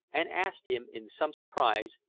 and asked him, in some surprise,